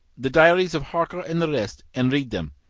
the diaries of harker and the rest, and read them,